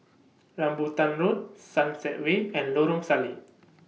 Rambutan Road Sunset Way and Lorong Salleh